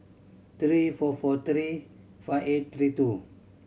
three four four three five eight three two